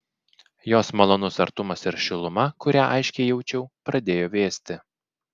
jos malonus artumas ir šiluma kurią aiškiai jaučiau pradėjo vėsti